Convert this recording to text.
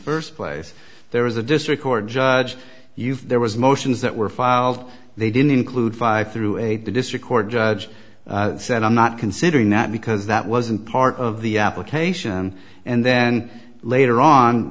first place there is a district court judge you've there was motions that were filed they didn't include five through eight the district court judge said i'm not considering that because that wasn't part of the application and then later on